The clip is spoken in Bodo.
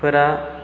फोरा